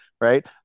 Right